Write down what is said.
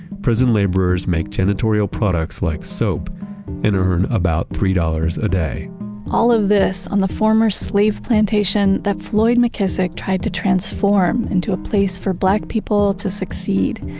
prison laborers make janitorial products like soap and earn about three dollars a day all of this on the former slave plantation that floyd mckissick tried to transform into a place for black people to succeed.